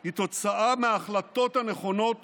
היא תוצאה של ההחלטות הנכונות